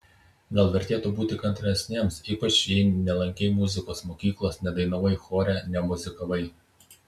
gal vertėtų būti kantresniems ypač jei nelankei muzikos mokyklos nedainavai chore nemuzikavai